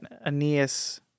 Aeneas—